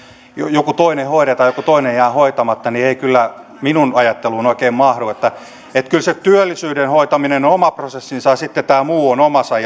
joku toinen hoidetaan ja joku toinen jää hoitamatta se ei kyllä minun ajatteluuni oikein mahdu kyllä se työllisyyden hoitaminen on on oma prosessinsa ja sitten tämä muu on